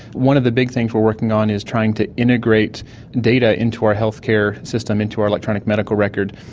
one of the big things we are working on is trying to integrate data into our healthcare system, into our electronic medical record,